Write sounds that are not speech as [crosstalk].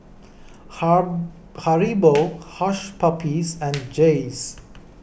[unintelligible] Haribo Hush Puppies and Jays